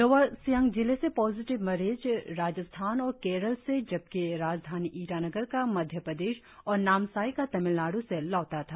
lower Siang जिले से positive मरीज राजस्थान और केरल से जबकि राजधानी ईटानगर का मध्य प्रदेश और नामसाई का तमिलनाडू से लौटा था